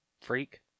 Freak